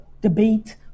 debate